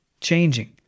changing